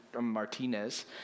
Martinez